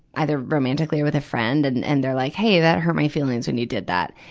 either romantically or with a friend and, and they're like, hey, that hurt my feelings when you did that.